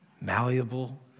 malleable